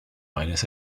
meines